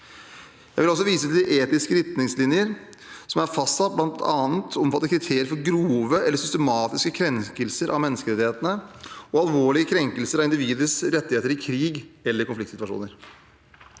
Jeg vil også vise til etiske retningslinjer som er fastsatt og bl.a. omfatter kriterier for grove eller systematiske krenkelser av menneskerettighetene og alvorlige krenkelser av individets rettigheter i krig eller konfliktsituasjoner.